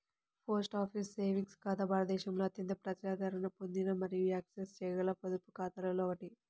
post office savings ఖాతా భారతదేశంలో అత్యంత ప్రజాదరణ పొందిన మరియు యాక్సెస్ చేయగల పొదుపు ఖాతాలలో ఒకటి